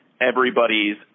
everybody's